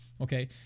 Okay